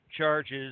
charges